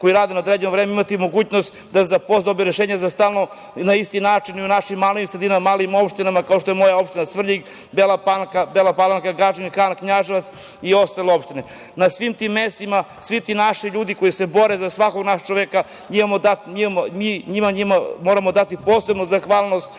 sada rade na određeno vreme imati mogućnost da dobiju rešenje za stalno. Na isti način u našim malim sredinama, malim opštinama kao što je moja opština Svrljig, Bela Palanka, Gadžin Han, Knjaževac i ostale opštine, na svim tim mestima svi ti naši ljudi koji se bore za svakog našeg čoveka njima moramo dati posebnu zahvalnost. Još